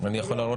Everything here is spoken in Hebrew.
אני הבנתי